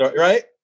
Right